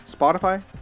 Spotify